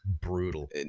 brutal